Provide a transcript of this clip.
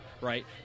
right